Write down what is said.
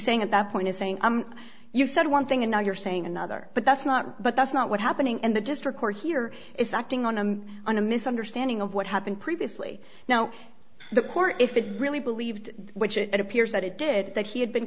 saying at that point is saying you said one thing and now you're saying another but that's not but that's not what happening and the just record here is acting on and on a misunderstanding of what happened previously now the court if it really believed which it appears that it did that he had been